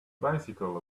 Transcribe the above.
bicycle